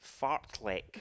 Fartlek